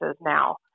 now